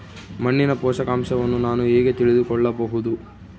ಮಣ್ಣಿನ ಪೋಷಕಾಂಶವನ್ನು ನಾನು ಹೇಗೆ ತಿಳಿದುಕೊಳ್ಳಬಹುದು?